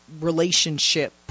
relationship